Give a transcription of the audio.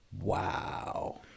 Wow